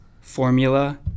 formula